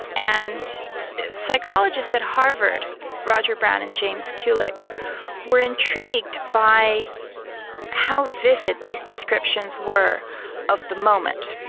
and psychologists at harvard roger brown and james kulik were intrigued by how vivid these descriptions were of the moment.